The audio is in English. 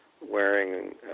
wearing